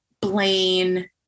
Blaine